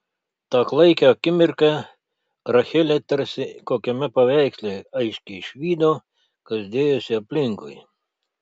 tą klaikią akimirką rachelė tarsi kokiame paveiksle aiškiai išvydo kas dėjosi aplinkui